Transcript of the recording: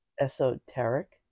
esoteric